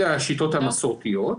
אלה השיטות המסורתיות.